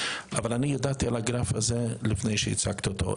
אבל אני ידעתי על הגרף הזה לפני שהצגת אותו.